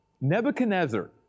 Nebuchadnezzar